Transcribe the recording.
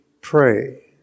pray